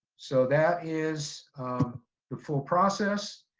so that is the full process.